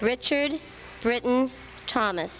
richard britton thomas